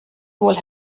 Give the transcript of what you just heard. wohl